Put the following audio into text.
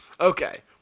Okay